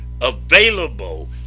available